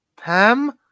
Pam